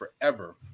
forever